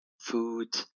food